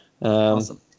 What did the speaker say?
Awesome